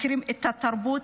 מכירים את התרבות,